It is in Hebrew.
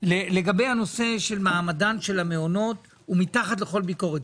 לגבי הנושא של מעמדם של המעונות הוא מתחת לכל ביקורת.